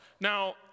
Now